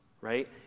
right